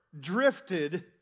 drifted